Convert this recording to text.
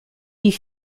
die